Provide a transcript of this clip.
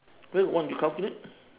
where got one you calculate